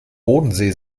bodensee